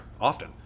often